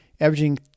averaging